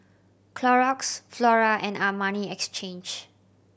Clorox Flora and Armani Exchange